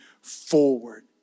forward